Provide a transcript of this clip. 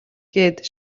гээд